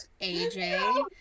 AJ